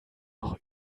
noch